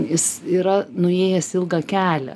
jis yra nuėjęs ilgą kelią